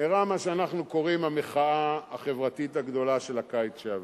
אירעה מה שאנחנו קוראים המחאה החברתית הגדולה של הקיץ שעבר,